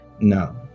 No